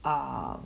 err